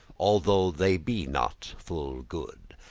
although they be not full good.